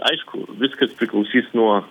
aišku viskas priklausys nuo